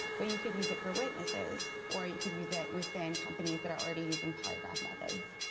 but you could use it for witnesses, or you could use it within companies that are already using polygraph methods.